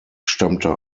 stammte